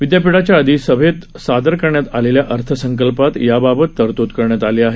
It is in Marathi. विद्यापीठाच्या अधिसभेत सादर करण्यात आलेल्या अर्थसंकल्पात या बाबत तरतुद करण्यात आली आहे